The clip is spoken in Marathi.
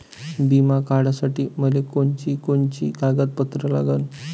बिमा काढासाठी मले कोनची कोनची कागदपत्र लागन?